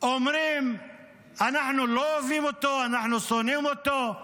אומרים שאנחנו לא אוהבים אותו, אנחנו שונאים אותו.